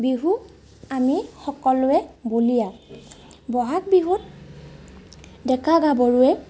বিহু আমি সকলোৱে বলিয়া বহাগ বিহুত ডেকা গাভৰুৱে